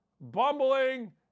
bumbling